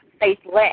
faithless